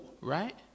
right